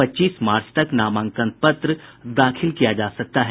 पच्चीस मार्च तक नामांकन पत्र दाखिल किया जा सकता है